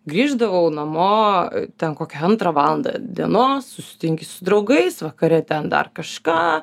grįždavau namo ten kokią antrą valandą dienos susitinki su draugais vakare ten dar kažką